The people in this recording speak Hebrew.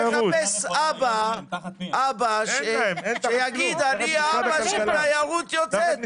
אני מחפש מישהו שיגיד שהוא האבא של התיירות היוצאת,